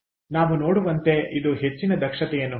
ನಾವು ನೋಡುವಂತೆ ಇದು ಹೆಚ್ಚಿನ ದಕ್ಷತೆಯನ್ನು ಹೊಂದಿದೆ